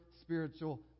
spiritual